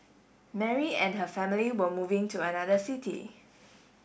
Mary and her family were moving to another city